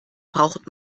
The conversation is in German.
braucht